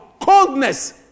coldness